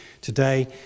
today